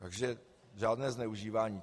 Takže žádné zneužívání.